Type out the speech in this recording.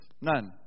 None